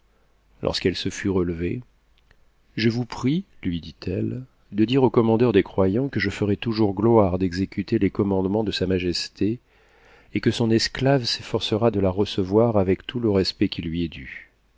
lorsqu'elle se fut relevée je vous prie lui dit-elle de dire au commandeur des croyants que je ferai toujours gloire d'exécuter les commandements de sa majesté et que son esclave s'efforcera de la recevoir avec tout le respect qui lui est dû